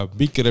big